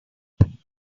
when